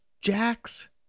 Jax